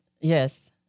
Yes